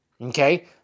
Okay